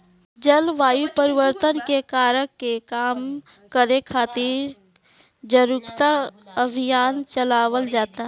जलवायु परिवर्तन के कारक के कम करे खातिर जारुकता अभियान चलावल जाता